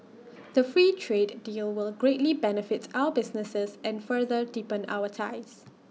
the free trade deal will greatly benefit our businesses and further deepen our ties